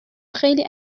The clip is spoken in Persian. خیلی